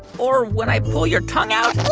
or when i pull your tongue out.